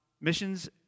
Missions